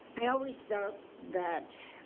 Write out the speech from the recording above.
i always thought that,